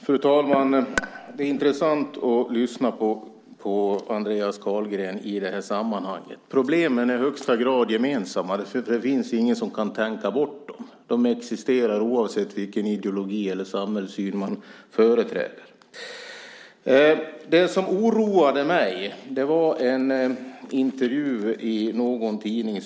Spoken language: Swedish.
Fru talman! Det är intressant att lyssna på Andreas Carlgren. Problemen är i högsta grad gemensamma. Ingen kan tänka bort dem. De existerar oavsett vilken ideologi eller samhällssyn man företräder. Något som oroade mig var en intervju i en tidning.